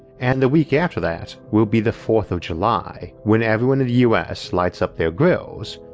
and the week after that will be the fourth of july, when everyone in the us light's up their grills,